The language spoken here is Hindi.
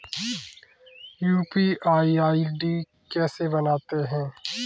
यू.पी.आई आई.डी कैसे बनाते हैं?